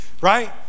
right